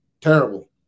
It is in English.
Terrible